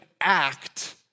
act